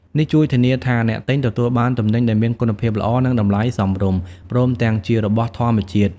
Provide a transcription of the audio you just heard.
នេះជួយធានាថាអ្នកទិញទទួលបានទំនិញដែលមានគុណភាពល្អ និងតម្លៃសមរម្យ ព្រមទាំងជារបស់ធម្មជាតិ។